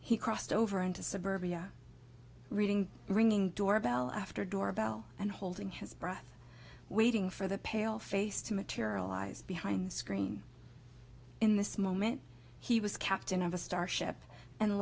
he crossed over into suburbia reading ringing door bell after door bell and holding his breath waiting for the pale face to materialize behind the screen in this moment he was captain of a starship and